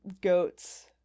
goats